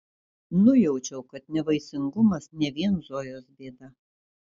nujaučiau kad nevaisingumas ne vien zojos bėda